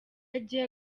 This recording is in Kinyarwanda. agiye